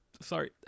Sorry